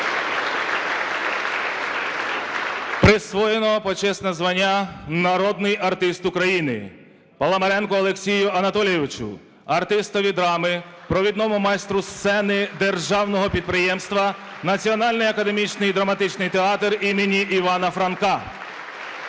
Присвоєно почесне звання "Народний артист України" Паламаренку Олексію Анатолійовичу, артистові драми, провідному майстру сцени державного підприємства "Національний академічний драматичний театр імені Івана Франка".